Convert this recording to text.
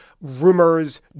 rumors